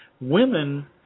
women